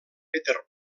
peter